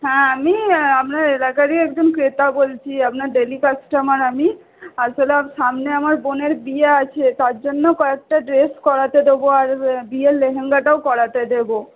হ্যাঁ আমি আপনার এলাকারই একজন ক্রেতা বলছি আপনার ডেলি কাস্টমার আমি আসলে সামনে আমার বোনের বিয়ে আছে তার জন্য কয়েকটা ড্রেস করাতে দেবো আর বিয়ের লেহেঙ্গাটাও করাতে দেবো